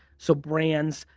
so brands,